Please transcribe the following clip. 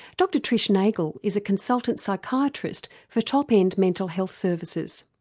dr trish nagel is a consultant psychiatrist for top end mental health services.